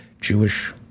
Jewish